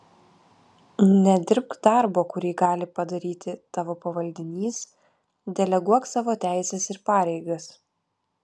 nedirbk darbo kurį gali padaryti tavo pavaldinys deleguok savo teises ir pareigas